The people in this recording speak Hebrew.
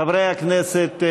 חברי הכנסת,